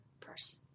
Person